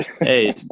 Hey